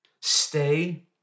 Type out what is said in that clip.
Stay